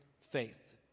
faith